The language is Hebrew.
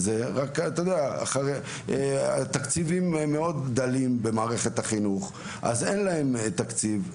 אבל כידוע, התקציבים במערכת החינוך הם דלים,